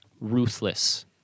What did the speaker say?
ruthless